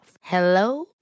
hello